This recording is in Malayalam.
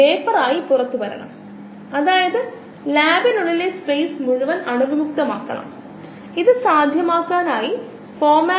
പൊതുവായി rx സമം mu x ഒരു കോൺസ്റ്റന്റ് ആയിരിക്കേണ്ടത് ഇല്ല നമുക്ക് മതിയായ സബ്സ്ട്രേറ്റ് ഉണ്ടെങ്കിൽ mu എന്നത് mu m ന് തുല്യമാണ് അത് ഒരു കോൺസ്റ്റന്റ് ആണ്